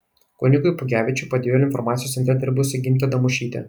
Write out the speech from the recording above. kunigui pugevičiui padėjo ir informacijos centre dirbusi gintė damušytė